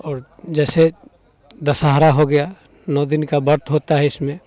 और जैसे दशहरा हो गया नौ दिन का व्रत होता है इसमें